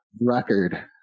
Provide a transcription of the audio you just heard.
Record